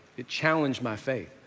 it challenged my faith,